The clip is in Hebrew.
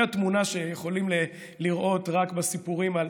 זו תמונה שיכולים לראות רק בסיפורים על